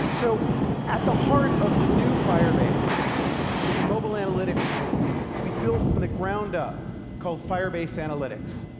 so at the heart of the new firebase is a mobile analytics tool we've built from the ground up called firebase analytics.